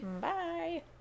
Bye